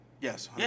Yes